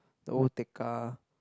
the old Tekka